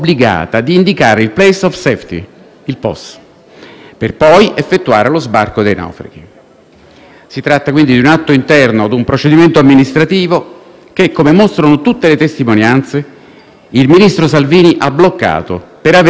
Si tratta quindi di un atto interno a un procedimento amministrativo che, come mostrano tutte le testimonianze, il ministro Salvini ha bloccato per avere egli dapprima negato l'autorizzazione a indicare il POS già deciso,